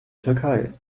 türkei